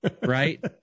right